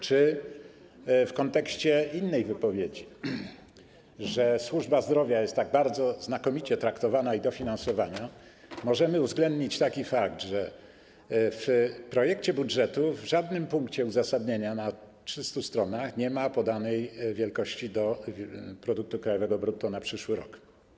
Czy w kontekście innej wypowiedzi: że służba zdrowia jest tak bardzo znakomicie traktowana i dofinansowana, możemy uwzględnić taki fakt, że w projekcie budżetu w żadnym punkcie uzasadnienia na 300 stronach nie podano wielkości produktu krajowego brutto na przyszły rok?